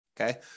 Okay